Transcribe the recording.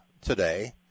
today